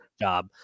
job